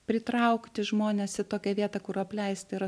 pritraukti žmones į tokią vietą kur apleista yra